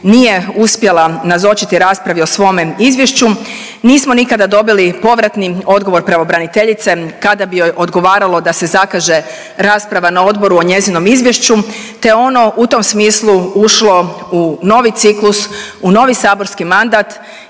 nije uspjela nazočiti raspravi o svome izvješću nismo nikada dobili povratni odgovor pravobraniteljice kada bi joj odgovaralo da se zakaže rasprava na odboru o njezinom izvješću, te je ono u tom smislu ušlo u novi ciklus, u novi saborski mandat